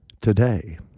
today